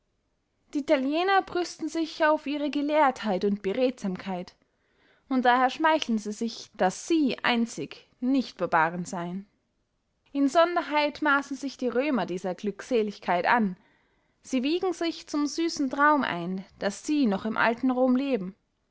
die italiäner brüsten sich auf ihre gelehrtheit und beredsamkeit und daher schmeicheln sie sich daß sie einzig nicht barbaren seyn insonderheit maaßen sich die römer dieser glückseligkeit an sie wiegen sich zum süssen traum ein daß sie noch im alten rom leben